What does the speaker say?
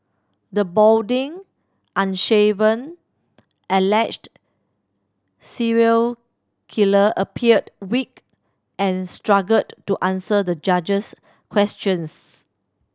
the balding unshaven alleged serial killer appeared weak and struggled to answer the judge's questions